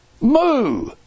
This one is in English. Moo